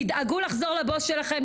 תדאגו לחזור לבוס שלכם,